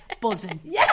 buzzing